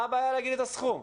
מה הבעיה להגיד את הסכום?